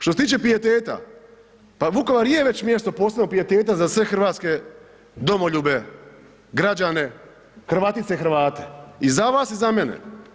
Što se tiče pijeteta, pa Vukovar je već mjesto posebnog pijeteta za sve hrvatske domoljube, građane, Hrvatice i Hrvate, i za vas i za mene.